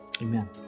Amen